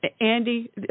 Andy